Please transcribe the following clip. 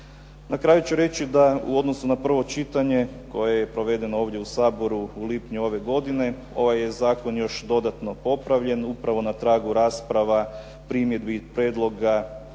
Na kraju ću reći da u odnosu na prvo čitanje koje je provedeno ovdje u Saboru u lipnju ove godine ovaj je zakon još dodatno popravljen upravo na tragu rasprava, primjedbi, prijedloga